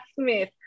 smith